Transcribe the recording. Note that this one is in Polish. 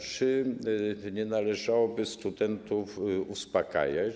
Czy nie należałoby studentów uspokajać?